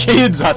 Kids